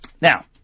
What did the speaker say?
Now